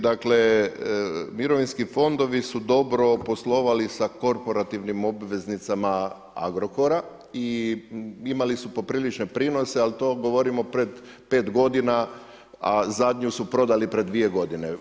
Dakle, mirovinski fondovi su dobro poslovali sa korporativnim obveznicama Agrokora i imali su poprilične prinose, ali to govorimo pred pet godina, a zadnju su prodali pred dvije godine.